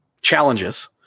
challenges